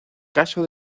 caso